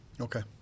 Okay